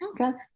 Okay